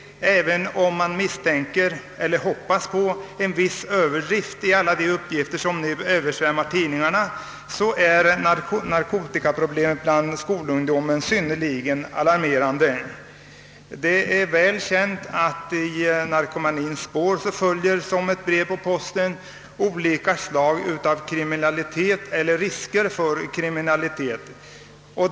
Även om man hoppas på att det är en viss överdrift i alla de uppgifter som nu översvämmar tidningarna, är narkotikaproblemet bland skolungdomen synnerligen alarmerande. Det är väl känt att som ett brev på posten följer i narkomaniens spår olika slag av kriminalitet eller i varje fall risker för kriminalitet.